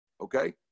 Okay